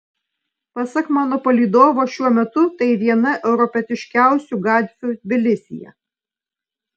pasak mano palydovo šiuo metu tai viena europietiškiausių gatvių tbilisyje